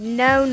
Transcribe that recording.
no